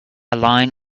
line